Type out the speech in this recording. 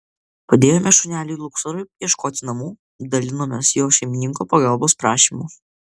padėjome šuneliui luksorui ieškoti namų dalinomės jo šeimininko pagalbos prašymu